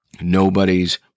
Nobody's